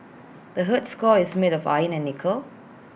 the Earth's core is made of iron and nickel